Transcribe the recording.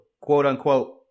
quote-unquote